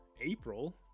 April